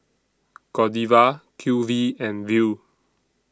Godiva Q V and Viu